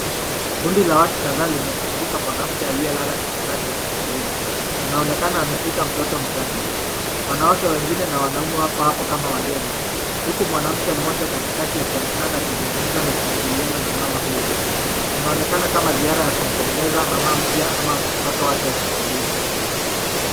Kundi la watu kadhaa limemzunguka mwanamke aliyelala kitandani hospitalini. Anaonekana ameshika mtoto mchanga. Wanawake wengine na wanaume wako hapo kama wageni, huku mwanamke mmoja katikati akionekana akizungumza na kuingiliana na mama huyo. Inaonekana kama ziara ya kumpongeza mama mpya ama mtoto wake hospitalini.